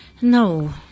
No